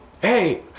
Hey